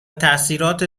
تاثیرات